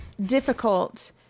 difficult